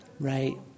Right